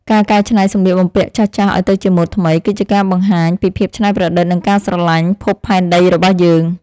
ការកែច្នៃសម្លៀកបំពាក់ចាស់ៗឱ្យទៅជាម៉ូដថ្មី គឺជាការបង្ហាញពីភាពច្នៃប្រឌិតនិងការស្រឡាញ់ភពផែនដីរបស់យើង។